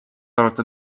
arvatud